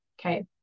okay